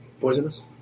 poisonous